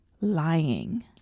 lying